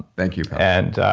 thank you, and